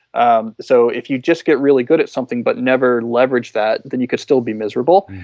um so, if you just get really good at something but never leverage that then you could still be miserable.